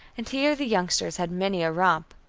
and here the youngsters had many a romp.